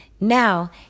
Now